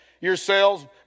yourselves